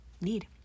need